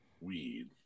weed